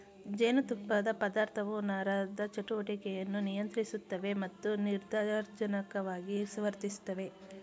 ಜೇನುತುಪ್ಪದ ಪದಾರ್ಥವು ನರದ ಚಟುವಟಿಕೆಯನ್ನು ನಿಯಂತ್ರಿಸುತ್ತವೆ ಮತ್ತು ನಿದ್ರಾಜನಕವಾಗಿ ವರ್ತಿಸ್ತವೆ